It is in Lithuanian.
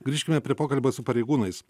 grįžkime prie pokalbio su pareigūnais